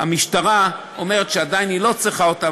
המשטרה אומרת שעדיין היא לא צריכה אותן,